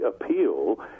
appeal